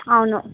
అవును